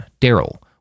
Daryl